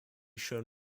shown